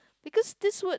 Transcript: because this word